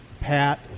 Pat